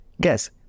Guess